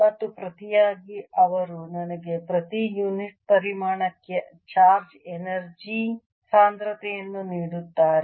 ಮತ್ತು ಪ್ರತಿಯಾಗಿ ಅವರು ನನಗೆ ಪ್ರತಿ ಯೂನಿಟ್ ಪರಿಮಾಣಕ್ಕೆ ಚಾರ್ಜ್ ಎನರ್ಜಿ ಸಾಂದ್ರತೆಯನ್ನು ನೀಡುತ್ತಾರೆ